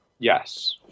Yes